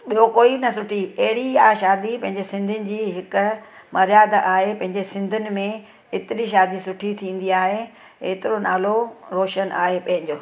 ॿियो कोई न सुठी पहिरियों इहा शादी पंहिंजे सिंधियुनि जी इहा हिकु मर्यादा आहे पंहिंजे सिंधियुनि में हेतिरी शादी सुठी थींदी आए हेतिरो नालो रोशन आहे पंहिंजो